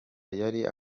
yari